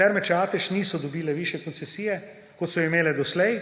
Terme Čatež niso dobile višje koncesije, kot so jo imele doslej,